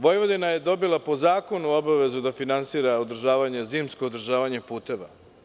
Vojvodina je dobila po zakonu obavezu da finansira zimsko održavanje puteva.